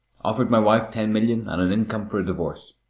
offered my wife ten million and an income for a divorce.